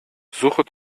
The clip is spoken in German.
suche